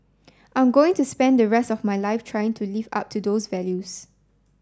I'm going to spend the rest of my life trying to live up to those values